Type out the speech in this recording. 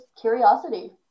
curiosity